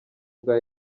bwa